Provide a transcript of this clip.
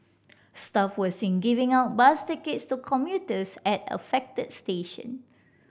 staff were seen giving out bus tickets to commuters at affected station